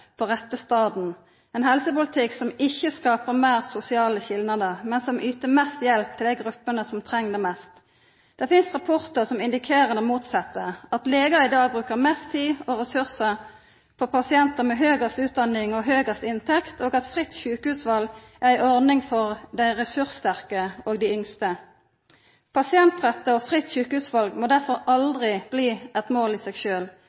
på rette staden, ein helsepolitikk som ikkje skapar meir sosiale skilnader, men som yter mest hjelp til dei gruppene som treng det mest. Det finst rapportar som indikerer det motsette, at legar i dag brukar mest tid og ressursar på pasientar med høgast utdanning og høgast inntekt, og at fritt sjukehusval er ei ordning for dei ressurssterke og dei yngste. Pasientrettar og fritt sjukehusval må derfor aldri bli eit mål i seg